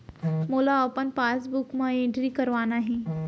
मोला अपन पासबुक म एंट्री करवाना हे?